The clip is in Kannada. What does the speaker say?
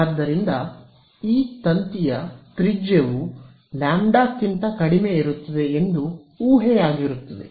ಆದ್ದರಿಂದ ತಂತಿಯ ಈ ತ್ರಿಜ್ಯವು ಲ್ಯಾಂಬ್ಡಾಕ್ಕಿಂತ ಕಡಿಮೆ ಇರುತ್ತದೆ ಎಂದು ಊಹೆಯಾಗಿರುತ್ತದೆ